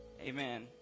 Amen